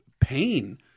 pain